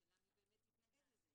השאלה מי באמת התנגד לזה.